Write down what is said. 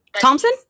Thompson